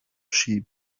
sheep